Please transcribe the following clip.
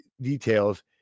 details